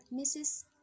Mrs